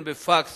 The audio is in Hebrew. הן בפקס